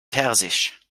persisch